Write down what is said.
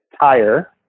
tire